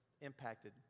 impacted